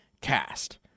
cast